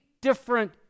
different